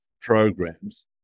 programs